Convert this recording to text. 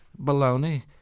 baloney